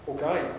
Okay